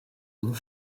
willen